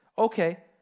okay